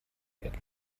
werden